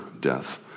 death